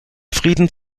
frieden